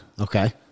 Okay